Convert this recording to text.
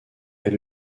est